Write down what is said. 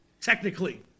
technically